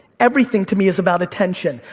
everything to me is about attention.